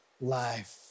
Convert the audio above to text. life